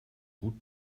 gut